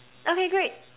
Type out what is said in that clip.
okay great